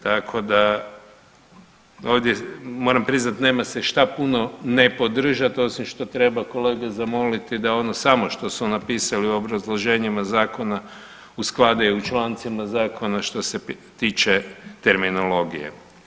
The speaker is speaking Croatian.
Tako da ovdje moram priznati nema se šta puno ne podržati osim što treba kolege zamoliti da ono samo što su napisali u obrazloženjima zakona usklade i u člancima zakona što se tiče terminologije.